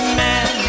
man